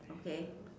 okay